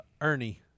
Ernie